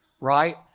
right